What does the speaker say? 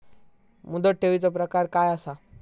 मुदत ठेवीचो प्रकार काय असा?